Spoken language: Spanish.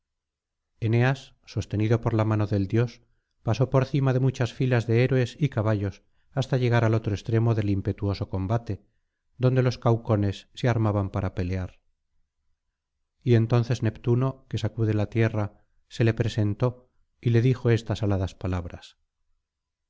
eneas sostenido por la mano del dios pasó por cima de muchas filas de héroes y caballos hasta llegar al otro extremo del impetuoso combate donde los cancones se armaban para pelear y entonces neptuno que sacude la tierra se le presentó y le dijo estas aladas palabras